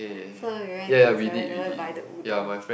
so we went to seven-eleven buy the udon